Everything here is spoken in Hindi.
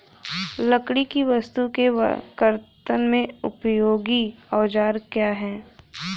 लकड़ी की वस्तु के कर्तन में उपयोगी औजार क्या हैं?